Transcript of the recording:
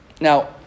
Now